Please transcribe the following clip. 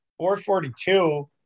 442